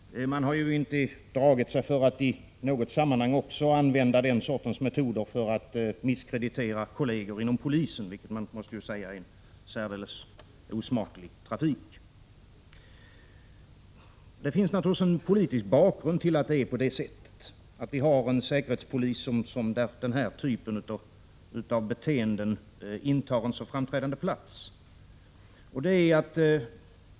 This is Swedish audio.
I något sammanhang har man inte dragit sig för att använda den sortens metoder för att misskreditera kolleger inom polisen, vilket jag måste säga är en särdeles osmaklig trafik. 75 Prot. 1986/87:46 Det finns naturligtvis en politisk bakgrund till att det är på detta sätt, att vi 10 december 1986 har en säkerhetspolis där den här typen av beteende intar en så framträdande plats.